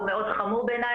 הוא מאוד חמור בעיני,